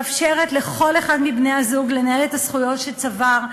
מאפשרת לכל אחד מבני-הזוג לנהל את הזכויות שצבר,